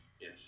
Yes